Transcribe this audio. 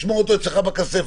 שמור אותו אצלך בכספת.